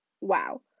Wow